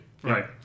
Right